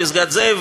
פסגת-זאב,